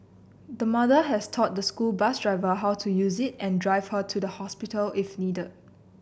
the mother has taught the school bus driver how to use it and drive her to the hospital if needed